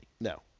No